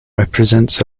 represents